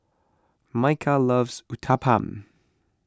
Micah loves Uthapam